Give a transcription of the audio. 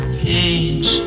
pains